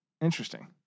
Interesting